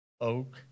Oak